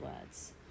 words